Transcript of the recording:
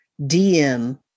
DM